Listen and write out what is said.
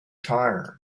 tire